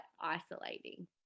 isolating